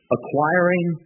Acquiring